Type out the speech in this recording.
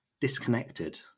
disconnected